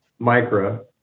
MICRA